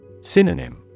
Synonym